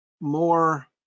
more